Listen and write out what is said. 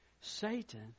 Satan